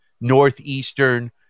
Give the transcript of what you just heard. Northeastern